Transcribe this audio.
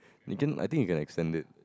I think you can extend it